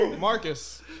Marcus